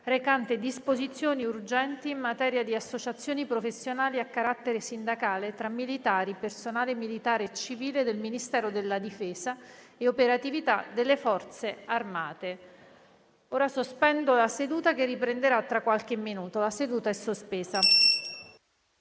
recante disposizioni urgenti in materia di associazioni professionali a carattere sindacale tra militari, personale militare e civile del Ministero della difesa e operatività delle Forze armate (1173)». Sospendo la seduta per qualche minuto. *(La seduta, sospesa